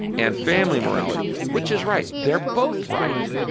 and family morality which is right. they're both right.